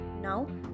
Now